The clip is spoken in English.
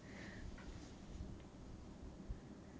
可以讲 meh